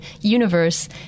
universe